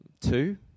two